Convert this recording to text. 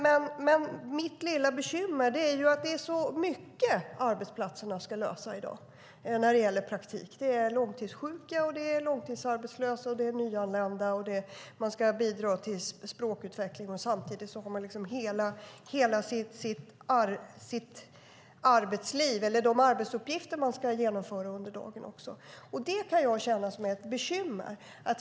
Men mitt lilla bekymmer är att det är så mycket arbetsplatserna ska lösa i dag när det gäller praktik. Det är långtidssjuka. Det är långtidsarbetslösa. Det är nyanlända. Man ska bidra till språkutveckling. Och samtidigt har man de arbetsuppgifter man ska utföra under dagen. Det kan jag känna som ett bekymmer.